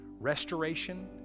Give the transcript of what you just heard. restoration